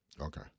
Okay